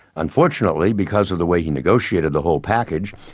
unfortunately, because of the way he negotiated the whole package,